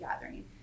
gathering